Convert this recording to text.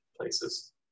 places